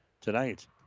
tonight